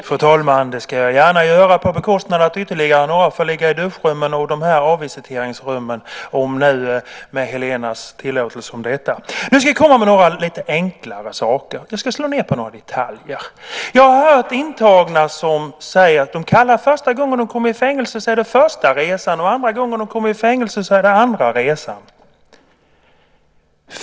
Fru talman! Det ska jag gärna göra - på bekostnad av att ytterligare några får ligga i duschrummen och avvisiteringsrummen, om nu Helena ger sin tillåtelse till detta. Nu ska jag komma till några lite enklare saker. Jag ska slå ned på några detaljer. Jag har hört intagna som kallar den första gången de kommer i fängelse för första resan och den andra gången för andra resan.